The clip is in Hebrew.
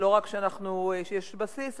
לא רק שיש בסיס,